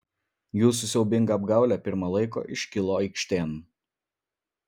jūsų siaubinga apgaulė pirma laiko iškilo aikštėn